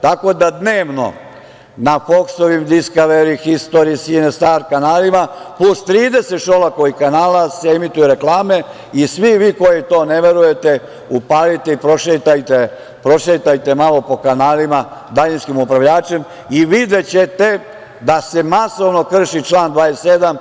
Tako da, dnevno na „Foksovim“, „Diskaveri“, „Histori“, „Sinestar“ kanalima, plus 30 Šolakovih kanala, se emituju reklame i svi vi koji u to ne verujete, upalite i prošetajte malo po kanalima daljinskim upravljačem i videćete da se masovno krši član 27.